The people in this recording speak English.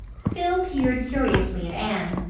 phil peered curiously at anne.